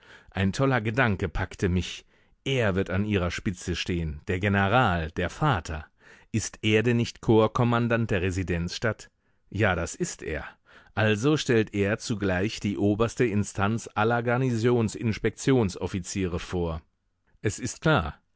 ein toller gedanke packte mich er wird an ihrer spitze stehen der general der vater ist er denn nicht korpskommandant der residenzstadt ja das ist er also stellt er zugleich die oberste instanz aller garnisoninspektionsoffiziere vor es ist klar